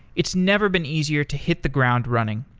it's never been easier to hit the ground running.